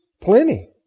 plenty